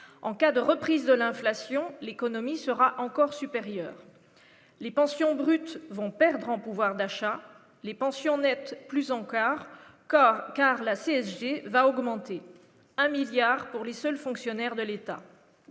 encadre prise de l'inflation, l'économie sera encore supérieur, les pensions brutes vont perdre en pouvoir d'achat, les pensions être plus en quart car la CSG va augmenter un milliard pour les seuls fonctionnaires de l'État,